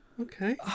Okay